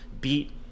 beat